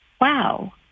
wow